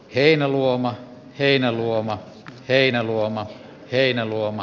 heinäluoma heinäluoma heinäluoma heinäluoma